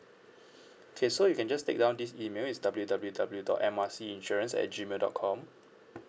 okay so you can just take down this email it's W W W dot M R C insurance at gmail dot com